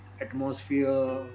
atmosphere